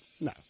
No